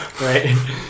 right